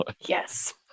Yes